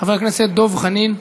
חבר הכנסת דב חנין.